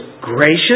gracious